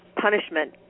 punishment